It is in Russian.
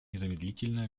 незамедлительно